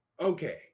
okay